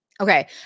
Okay